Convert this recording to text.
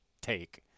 Take